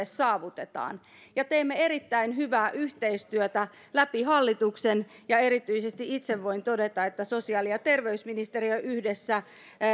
saavutetaan teemme erittäin hyvää yhteistyötä läpi hallituksen ja itse voin todeta että erityisesti sosiaali ja terveysministeriö yhdessä